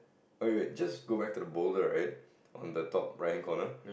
wait wait wait just go back to the boulder right on the top right hand corner